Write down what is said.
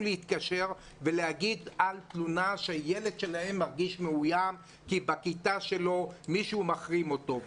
להתקשר ולומר הילד שלהם מרגיש מאוים כי בכיתה שלו מישהו מחרים אותו.